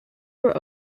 were